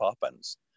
Poppins